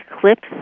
clips